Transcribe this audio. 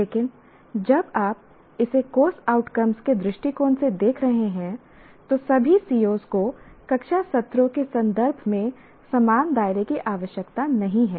लेकिन जब आप इसे कोर्स आउटकम्स के दृष्टिकोण से देख रहे हैं तो सभी COs को कक्षा सत्रों के संदर्भ में समान दायरे की आवश्यकता नहीं है